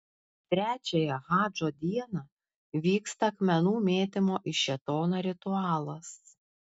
trečiąją hadžo dieną vyksta akmenų mėtymo į šėtoną ritualas